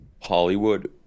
Hollywood